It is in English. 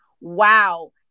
Wow